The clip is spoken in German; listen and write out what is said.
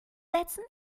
setzen